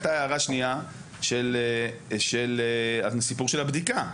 הייתה הערה שנייה של הסיפור של הבדיקה,